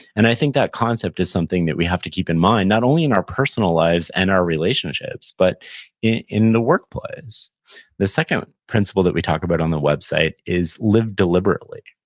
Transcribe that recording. and, i think that concept is something that we have to keep in mind not only in our personal lives and our relationships, but in in the workplace the second principle that we talk about on the website is live deliberately.